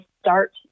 start